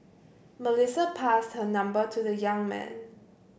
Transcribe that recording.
Melissa passed her number to the young man